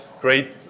great